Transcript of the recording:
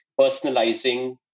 personalizing